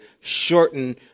shorten